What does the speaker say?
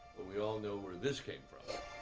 but we all know where this came from,